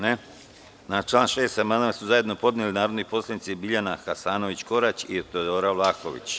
Na član 6. amandman su zajedno podneli narodni poslanici Biljana Hasanović Korać i Teodora Vlahović.